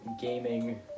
gaming